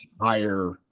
higher